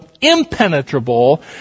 impenetrable